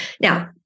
Now